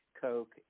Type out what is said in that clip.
Coke